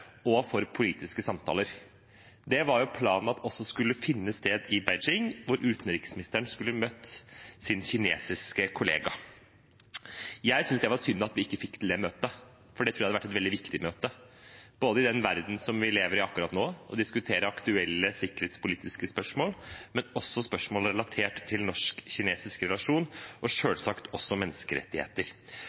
og for politiske samtaler. Det var planen at også det skulle finne sted i Beijing, hvor utenriksministeren skulle møtt sin kinesiske kollega. Jeg synes det var synd at vi ikke fikk til det møtet, for det tror jeg hadde vært et veldig viktig møte for å diskutere, med tanke på den verden som vi lever i akkurat nå, aktuelle sikkerhetspolitiske spørsmål, men også spørsmål relatert til den norsk-kinesiske relasjonen og selvsagt også menneskerettigheter.